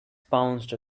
pounced